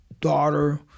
daughter